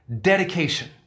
dedication